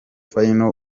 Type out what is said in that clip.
final